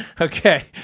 Okay